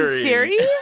ah siri,